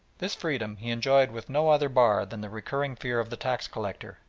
this freedom he enjoyed with no other bar than the recurring fear of the tax-collector,